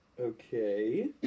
Okay